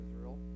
Israel